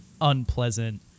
unpleasant